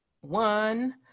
one